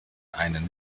einen